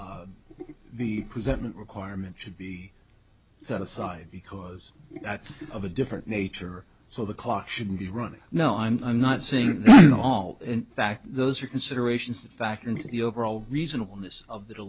and the present requirement should be set aside because that's of a different nature so the clock shouldn't be running no i'm not saying in fact those are considerations that factor into the overall reasonable miss of the